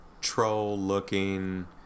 troll-looking